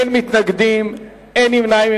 אין מתנגדים, אין נמנעים.